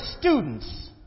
students